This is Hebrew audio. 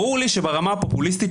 ברור לי שברמה הפופוליסטית,